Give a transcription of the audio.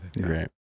Great